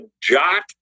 jot